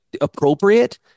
appropriate